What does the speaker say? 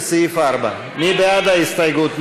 לסעיף 4. מי בעד ההסתייגות?